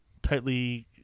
tightly